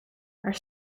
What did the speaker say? haar